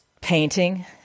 painting